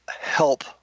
help